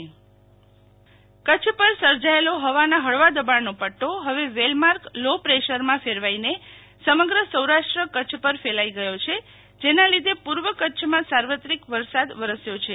Sheetal Vaishnav Kutch વરસાદ કચ્છ પર સર્જાયેલા હવાના હળવા દબાણનો પદ્રો હવે વેલમાર્ક લો પ્રેશરમાં ફેરવાઈને સમગ્ર સૌરાષ્ટ્ર કચ્છ પર ફેલાઈ ગદ્યો છે જેના લીધે પૂર્વ કચ્છમાં સાર્વત્રિક વરસાદ વરસ્યો છે